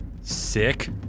Sick